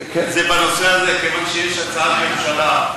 בנושא הזה, כיוון שיש הצעת ממשלה,